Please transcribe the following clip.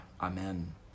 Amen